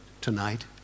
tonight